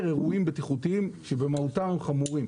אירועים בטיחותיים שבמהותם הם חמורים.